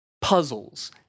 puzzles